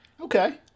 Okay